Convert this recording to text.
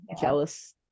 jealous